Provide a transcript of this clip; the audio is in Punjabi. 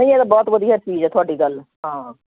ਨਹੀਂ ਇਹ ਤਾਂ ਬਹੁਤ ਵਧੀਆ ਚੀਜ਼ ਹੈ ਤੁਹਾਡੀ ਗੱਲ ਹਾਂ